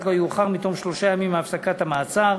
לא יאוחר מתום שלושה ימים מהפסקת המעצר,